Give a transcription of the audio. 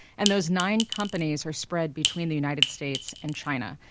and those nine companies are spread between the united states and china.